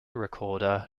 recorder